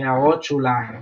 הערות שוליים ==